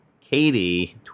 Katie